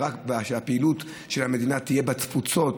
שהפעילות של המדינה תהיה בתפוצות,